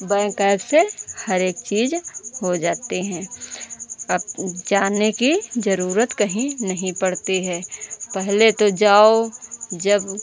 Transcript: bank app से हर एक चीज़ हो जाती है अब जाने की ज़रूरत कहीं नहीं पड़ती है पहले तो जाओ जब